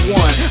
one